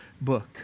book